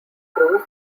crews